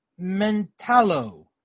Mentalo